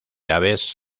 aves